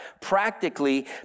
practically